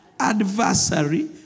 adversary